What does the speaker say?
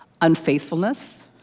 Unfaithfulness